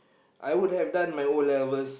I would have done my O-levels